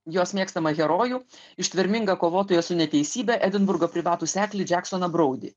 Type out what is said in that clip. jos mėgstamą herojų ištvermingą kovotoją su neteisybe edinburgo privatų seklį džeksoną broudį